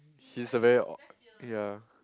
she's a very uh ya